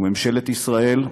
וממשלת ישראל,